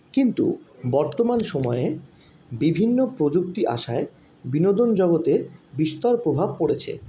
কিন্তু বর্তমান সময়ে বিভিন্ন প্রযুক্তি আসায় বিনোদন জগতে বিস্তর প্রভাব পড়েছে